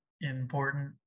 important